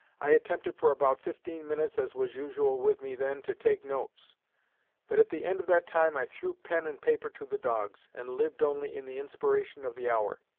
i attempted for about fifteen minutes, as was usual with me then, to take notes but at the end of that time i threw pen and paper to the dogs, and lived only in the inspiration of the hour.